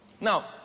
Now